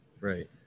right